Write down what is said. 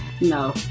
no